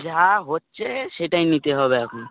যা হচ্ছে সেটাই নিতে হবে এখন